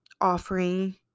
offering